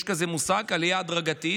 יש כזה מושג, עלייה הדרגתית,